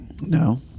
No